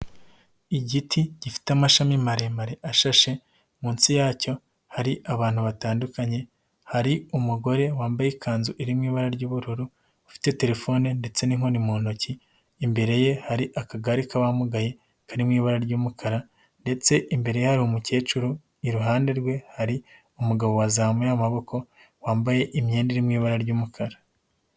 Igiti gifite amashami maremare ashashe, munsi yacyo hari abantu batandukanye hari umugore wambaye ikanzu iri mu ibara ry'ubururu ufite telefone ndetse n'inkoni mu ntoki, imbere ye hari akagari k'abamugaye karimo ibara ry'umukara, ndetse imbere ye hari umukecuru iruhande rwe hari umugabo wazamuye amaboko, wambaye imyenda iri mu ibara ry'umukara.